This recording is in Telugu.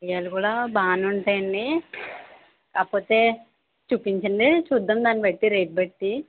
కడియాలు కూడా బాగానే ఉంటాయండి కాకపోతే చూపించండి చూద్దాం దాని బట్టి రేట్ బట్టీ